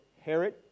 Herod